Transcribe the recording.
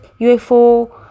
ufo